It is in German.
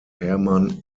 hermann